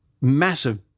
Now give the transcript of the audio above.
massive